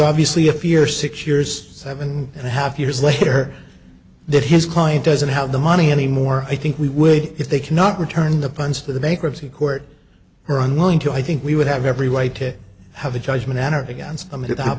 obviously if you're six years seven and a half years later that his client doesn't have the money anymore i think we would if they cannot return the funds for the bankruptcy court we're unwilling to i think we would have every right to have a judgment on or against them at that